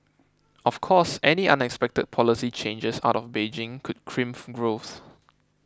of course any unexpected policy changes out of Beijing could crimp growth